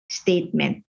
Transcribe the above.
statement